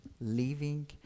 living